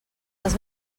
els